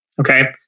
Okay